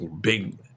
big